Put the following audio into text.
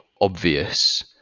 obvious